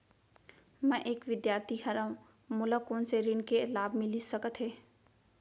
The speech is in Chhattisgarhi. मैं एक विद्यार्थी हरव, मोला कोन से ऋण के लाभ मिलिस सकत हे?